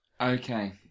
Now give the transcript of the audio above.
Okay